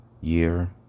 year